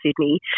Sydney